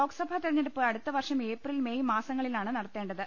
ലോക്സഭാ തെരഞ്ഞെടുപ്പ് അടുത്തവർഷം April May മാസ ങ്ങളിലാണ് നടത്തേണ്ടത്